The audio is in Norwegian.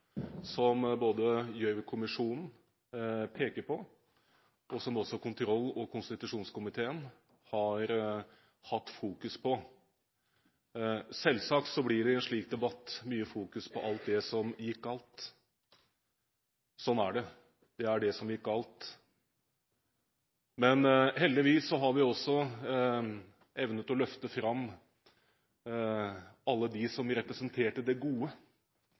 som Gjørv-kommisjonen har pekt på, og som kontroll- og konstitusjonskomiteen har fokusert på. Selvsagt blir det i en slik debatt mye fokusering på alt som gikk galt. Sånn er det – det som gikk galt. Men heldigvis har vi også evne til å løfte fram alle dem som representerte det gode